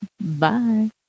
Bye